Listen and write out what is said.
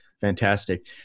fantastic